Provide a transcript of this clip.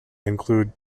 include